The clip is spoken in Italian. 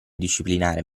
disciplinare